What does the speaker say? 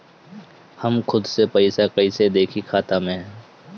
हम खुद से पइसा कईसे देखी खाता में?